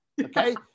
okay